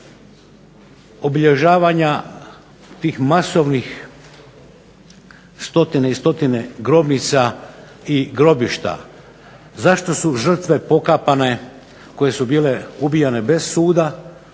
obilježavanja tih masovnih, stotine i stotine grobnica i grobišta? Zašto su žrtve pokapane koje su bile ubijane bez suda,